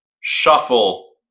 shuffle